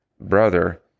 brother